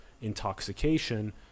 intoxication